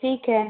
ठीक है